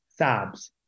SABS